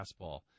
fastball